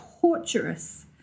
torturous